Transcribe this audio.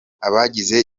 abagize